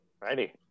Ready